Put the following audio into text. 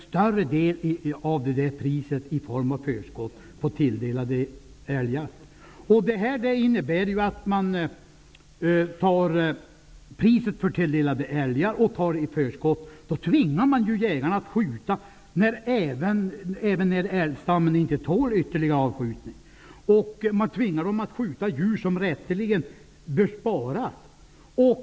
Större delen av priset för tilldelade älgar tas ut i förskott. När priset för tilldelade älgar tas ut i förskott tvingas ju jägarna att skjuta även när älgstammen inte tål ytterligare avskjutning. De tvingas att skjuta djur som rätteligen bör sparas.